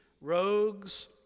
rogues